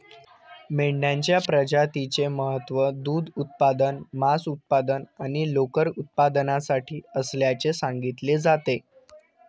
मेंढ्यांच्या प्रजातीचे महत्त्व दूध उत्पादन, मांस उत्पादन आणि लोकर उत्पादनासाठी असल्याचे सांगितले जाते